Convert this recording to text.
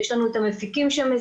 יש לנו את המפיקים שמסייעים,